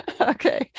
okay